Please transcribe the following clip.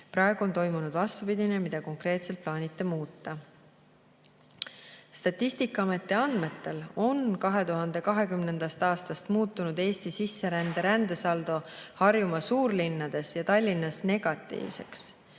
Praegu on toimunud vastupidine, mida konkreetselt plaanite muuta?" Statistikaameti andmetel on 2020. aastast muutunud Eesti sisserände saldo Harjumaal, suurlinnades ja Tallinnas negatiivseks.